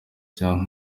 cyangwa